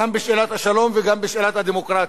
גם בשאלת השלום וגם בשאלת הדמוקרטיה.